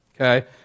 Okay